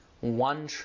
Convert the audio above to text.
one